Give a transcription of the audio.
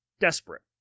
desperate